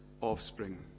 offspring